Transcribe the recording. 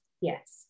Yes